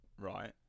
right